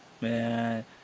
man